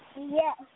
Yes